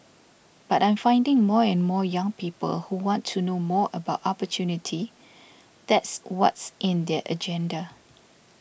but I'm finding more and more young people who want to know more about opportunity that's what's in their agenda